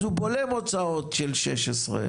אז הוא בולם הוצאות של 16,